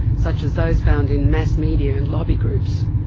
such as those found in mass media and lobby groups.